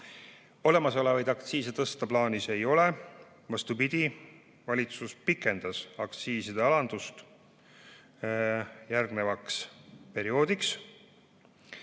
Olemasolevaid aktsiise tõsta plaanis ei ole. Vastupidi, valitsus pikendas aktsiiside alandust järgnevaks perioodiks.